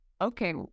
okay